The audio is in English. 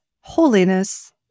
holiness